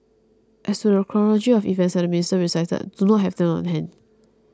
as to the chronology of events that the minister recited I do not have them on hand